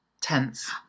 Tense